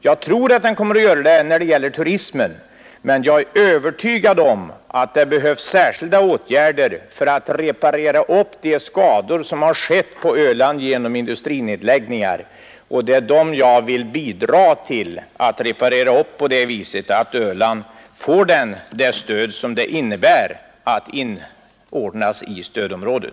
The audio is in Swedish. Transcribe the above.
Jag tror att den kommer att göra det i fråga om turismen, men jag är övertygad om att det behövs särskilda åtgärder för att reparera de skador som Öland har drabbats av genom industrinedläggningar. Jag vill bidra till att reparera dem på det viset att Öland får det stöd som det innebär att inordnas i stödområdet.